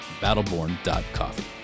battleborn.coffee